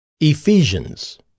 Ephesians